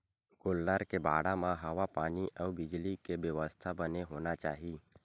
गोल्लर के बाड़ा म हवा पानी अउ बिजली के बेवस्था बने होना चाही